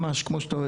כמו שאתה אוהב,